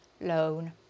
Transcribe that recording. loan